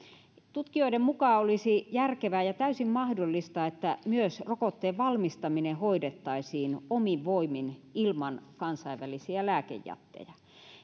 tutkijoiden mukaan olisi järkevää ja täysin mahdollista että myös rokotteen valmistaminen hoidettaisiin omin voimin ilman kansainvälisiä lääkejättejä